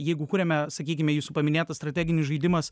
jeigu kuriame sakykime jūsų paminėtas strateginis žaidimas